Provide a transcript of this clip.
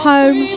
Home